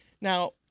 Now